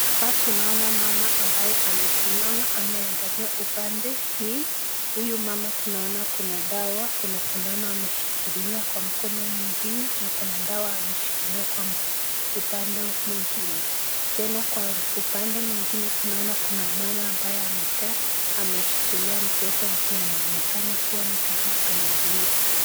Hapa tunaona mama ambaye amesimama anaangalia upande hii, huyu mama tunaona kuna dawa, kuna sindano ameshikilia kwa mkono mwingine na kuna dawa ameshikilia kwa upande mwingine. Tena kwa upande mwingine tunaona kuna mama ambaye amekaa ameshikilia mtoto mwenye anaonekana kuwa ni kama analia.